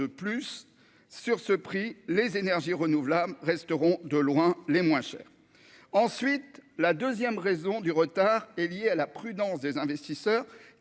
plus sur ce prix, les énergies renouvelables resteront de loin les moins chers, ensuite, la deuxième raison du retard est lié à la prudence des investisseurs